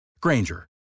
Granger